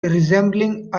resembling